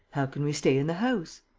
how can we stay in the house?